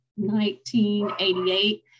1988